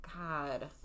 God